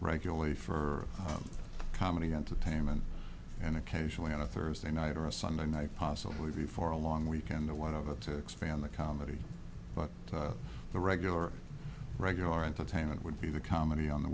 regulate for comedy entertainment and occasionally on a thursday night or a sunday night possibly before a long weekend or whatever to expand the comedy but the regular regular entertainment would be the comedy on the